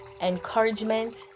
encouragement